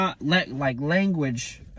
language